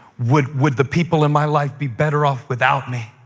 would would the people in my life be better off without me?